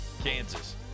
Kansas